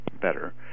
better